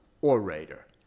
orator